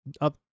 up